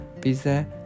visa